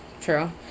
True